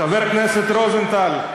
חבר הכנסת רוזנטל,